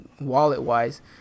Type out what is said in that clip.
wallet-wise